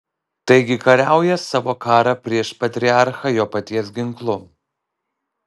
taigi kariauja savo karą prieš patriarchą jo paties ginklu